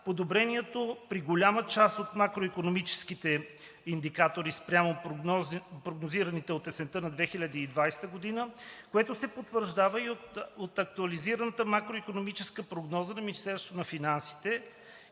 подобрението при голяма част от макроикономическите индикатори спрямо прогнозираните от есента на 2020 г., което се потвърждава и от актуализираната макроикономическа прогноза на Министерството на финансите,